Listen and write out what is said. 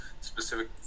specific